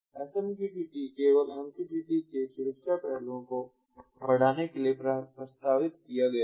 SMQTT केवल MQTT के सुरक्षा पहलुओं को बढ़ाने के लिए प्रस्तावित किया गया है